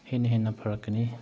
ꯍꯦꯟꯅ ꯍꯦꯟꯅ ꯐꯔꯛꯀꯅꯤ